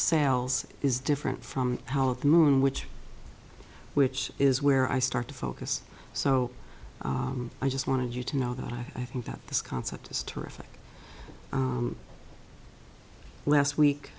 sales is different from how the moon which which is where i start to focus so i just wanted you to know that i think that this concept is terrific last week